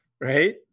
Right